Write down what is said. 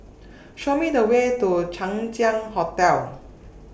Show Me The Way to Chang Ziang Hotel